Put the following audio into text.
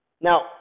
Now